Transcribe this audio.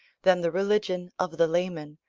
than the religion of the layman,